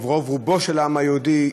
או רוב-רובו של העם היהודי,